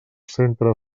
centre